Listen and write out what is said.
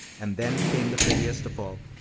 and then came the prettiest of all,